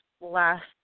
last